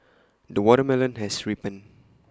the watermelon has ripened